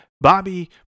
Bobby